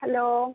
hello